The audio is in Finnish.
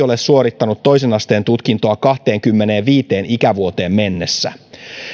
ole suorittanut toisen asteen tutkintoa kahteenkymmeneenviiteen ikävuoteen mennessä